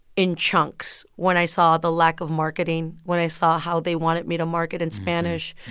in chunks when i saw the lack of marketing, when i saw how they wanted me to market in spanish,